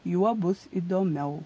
juo bus įdomiau